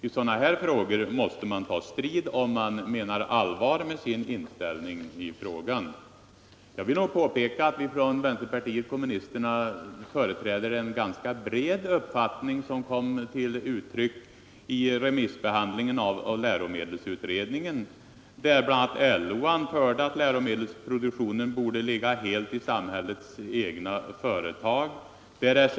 I sådana här frågor måste man ta strid om man menar allvar med sin inställning. Jag vill påpeka att vänsterpartiet kommunisterna i den här frågan företräder en uppfattning som kom till uttryck och fick en bred anslutning i remissbehandlingen av läromedelsutredningen, där bl.a. LO anförde att läromedelsproduktionen borde ligga helt i samhällets egna företag.